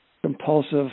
compulsive